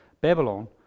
Babylon